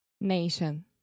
Nation